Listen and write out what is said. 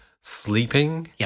sleeping